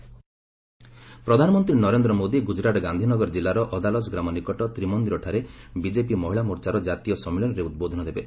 PM BJP Mahila Morcha ପ୍ରଧାନମନ୍ତ୍ରୀ ନରେନ୍ଦ୍ର ମୋଦି ଗୁଜରାଟ ଗାନ୍ଧିନଗର କିଲ୍ଲାର ଅଦାଲଜ ଗ୍ରାମ ନିକଟ ତ୍ୱିମନ୍ଦିରଠାରେ ବିଜେପି ମହିଳା ମୋର୍ଚ୍ଚାର କାତୀୟ ସମ୍ମିଳନୀରେ ଉଦ୍ବୋଧନ ଦେବେ